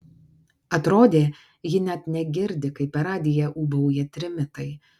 atrodė ji net negirdi kaip per radiją ūbauja trimitai